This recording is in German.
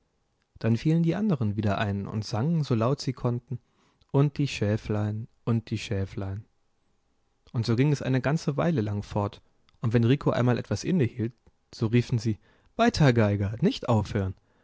dann fielen die anderen wieder ein und sangen so laut sie konnten und die schäflein und die schäflein und so ging es eine ganze weile lang fort und wenn rico einmal etwas innehielt so riefen sie weiter geiger nicht aufhören